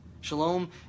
Shalom